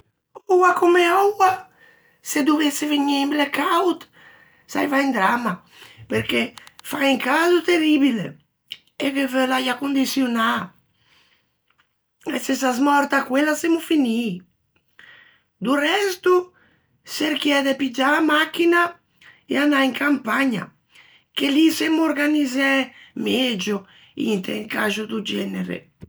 Oua comme oua se dovesse vegnî un black out saiva un dramma perché fa un cado terribile e ghe veu l'äia condiçionâ, e se s'asmòrta quella semmo finii. Do resto, çerchiæ de piggiâ a machina e anâ in campagna che lì semmo organizzæ megio int'un caxo do genere.